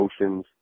emotions